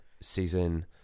season